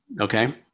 okay